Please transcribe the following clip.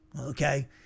Okay